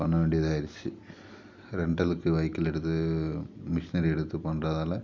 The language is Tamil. பண்ண வேண்டியதாயிருச்சு ரெண்ட்டலுக்கு வெஹிக்கள் எடுத்து மிஷினரி எடுத்துப் பண்ணுறதால